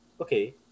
Okay